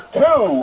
two